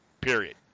Period